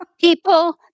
people